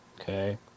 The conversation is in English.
Okay